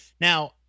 now